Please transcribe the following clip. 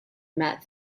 met